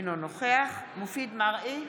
אינו נוכח מופיד מרעי,